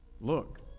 Look